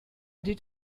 did